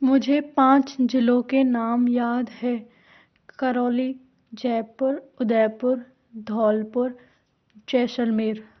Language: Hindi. मुझे पाँच जिलों के नाम याद है करौली जयपुर उदयपुर धौलपुर जैसलमेर